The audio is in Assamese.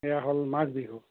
এয়া হ'ল মাঘ বিহু